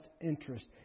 interest